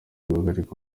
guhagarika